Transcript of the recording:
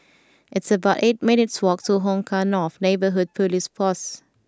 it's about eight minutes' walk to Hong Kah North Neighbourhood Police Post